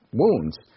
wounds